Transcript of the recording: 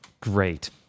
Great